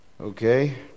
Okay